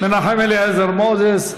מנחם אליעזר מוזס.